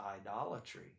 idolatry